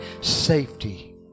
safety